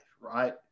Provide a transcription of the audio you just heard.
right